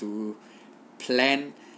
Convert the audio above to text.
to plan